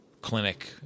clinic